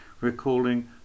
recalling